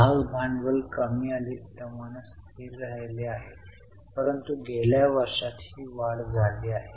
भाग भांडवल कमी अधिक प्रमाणात स्थिर राहिले आहे परंतु गेल्या वर्षात ही वाढ झाली आहे